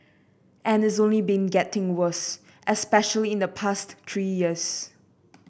and it's only been getting worse especially in the past three years